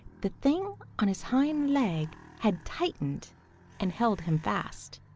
the thing on his hind leg had tightened and held him fast.